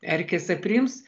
erkės aprims